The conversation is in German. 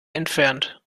entfernt